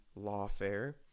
lawfare